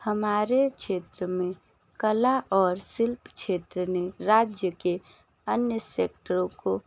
हमारे क्षेत्र में कला और शिल्प क्षेत्र ने राज्य के अन्य सेक्टरों को